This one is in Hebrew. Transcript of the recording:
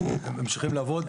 הם ממשיכים לעבוד.